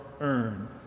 earn